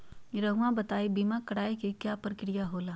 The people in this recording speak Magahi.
रहुआ बताइं बीमा कराए के क्या प्रक्रिया होला?